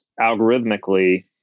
algorithmically